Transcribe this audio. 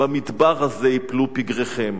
"במדבר הזה יפלו פגריכם",